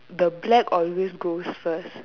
the black always goes first